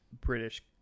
british